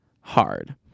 hard